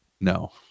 no